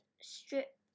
strip